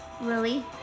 Lily